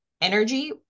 energy